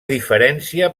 diferència